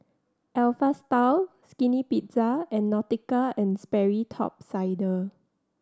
Alpha Style Skinny Pizza and Nautica and Sperry Top Sider